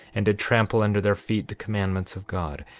and did trample under their feet the commandments of god,